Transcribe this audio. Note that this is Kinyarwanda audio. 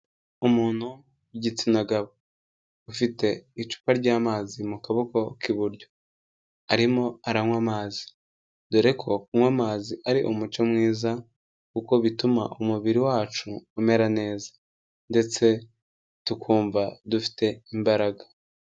Umuntu w'igitsina gabo ufite icupa ry'amazi mu kaboko k'iburyo, arimo aranywa amazi dore ko kunywa amazi ari umuco mwiza kuko bituma umubiri wacu umera neza ndetse tukumva dufite imbaraga.